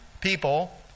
people